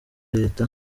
leta